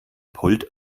pult